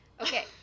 Okay